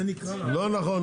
זה נקרא --- לא נכון.